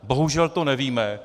Bohužel to nevíme.